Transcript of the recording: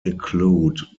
include